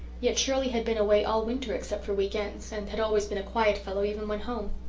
yet shirley had been away all winter except for week-ends, and had always been a quiet fellow even when home.